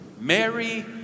Mary